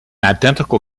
identical